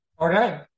Okay